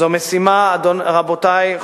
רבותי,